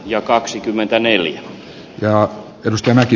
ja kaksikymmentäneljä ja ristimäki